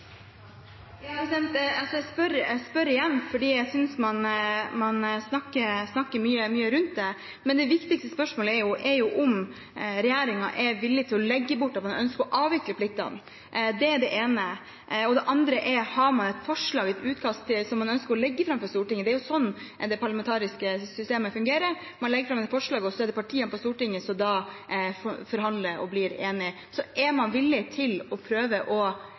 Jeg spør igjen fordi jeg synes man snakker mye rundt det. Det viktigste spørsmålet er jo om regjeringen er villig til å legge bort at man ønsker å avvikle pliktene. Det er det ene. Det andre er: Har man et forslag, et utkast som man ønsker å legge fram for Stortinget? Det er jo slik det parlamentariske systemet fungerer: Man legger fram et forslag, og så er det partiene på Stortinget som forhandler og blir enige. Er man villig til å prøve å